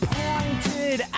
pointed